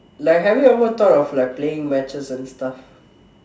like have you ever thought of like playing matches and stuff